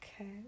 Okay